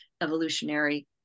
evolutionary